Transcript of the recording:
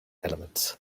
elements